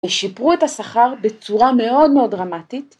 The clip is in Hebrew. ‫ושיפרו את השכר בצורה ‫מאוד מאוד דרמטית.